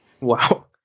wow